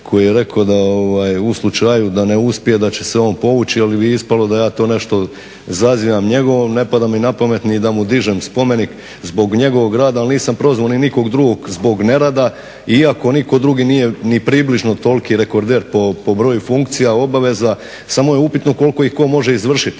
koji je rekao da u slučaju da ne uspije da će se on povući, ali bi ispalo da ja to nešto zazivam njegovo. Ne pada mi na pamet ni da mu dižem spomenik zbog njegovog rada, ali nisam prozvao ni nikog drugog zbog nerada, iako nitko drugi nije ni približno toliki rekorder po broju funkcija, obveza, samo je upitno koliko ih tko može izvršiti.